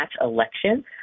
election